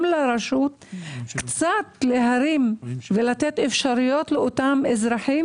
לרשות להרים קצת את ולתת אפשרויות לאותם אזרחים,